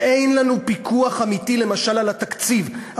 שאין לנו פיקוח אמיתי למשל על התקציב.